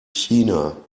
china